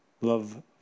Love